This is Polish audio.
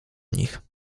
nich